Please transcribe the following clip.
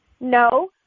no